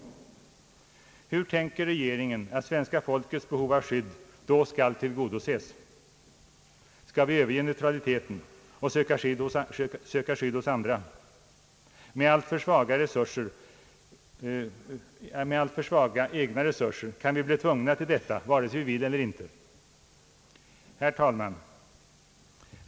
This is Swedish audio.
Hur tänker sig regeringen att svenska folkets behov av skydd då skall tillgodoses? Skall vi överge neutraliteten och söka skydd hos andra? Med alltför svaga egna resurser kan vi bli tvungna till detta vare sig vi vill eller inte. Herr talman!